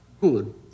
good